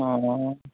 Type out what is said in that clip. ꯑꯥ ꯑꯥ